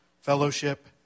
fellowship